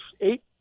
eight